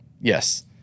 yes